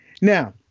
Now